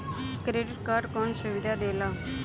Credit card कौन सुबिधा देला?